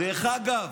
דרך אגב,